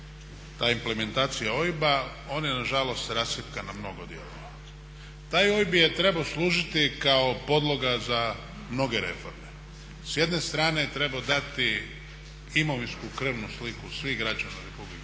ta implementacija OIB-a on je nažalost rascjepkan na mnogo dijelova. Taj OIB je trebao služiti kao podloga za mnoge reforme. S jedne strane je trebao dati imovinsku krvnu sliku svih građana RH, svih